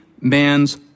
man's